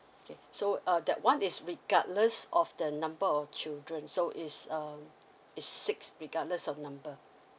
okay so uh that one is regardless of the number of children so it's um it's six regardless of number